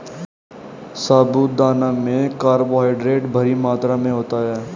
साबूदाना में कार्बोहायड्रेट भारी मात्रा में होता है